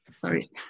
Sorry